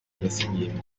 yasinyiye